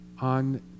on